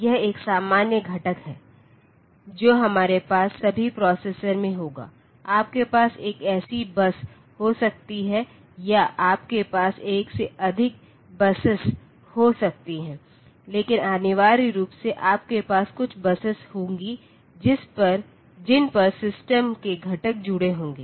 यह एक सामान्य घटक है जो हमारे पास सभी प्रोसेसर में होगा आपके पास एक ऐसी बस हो सकती है या आपके पास एक से अधिक बसेस हो सकती हैं लेकिन अनिवार्य रूप से आपके पास कुछ बसेस होंगी जिन पर सिस्टम के घटक जुड़े होंगे